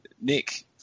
Nick